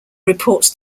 reports